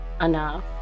enough